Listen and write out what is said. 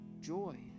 joy